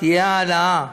תהיה העלאה